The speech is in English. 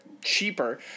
cheaper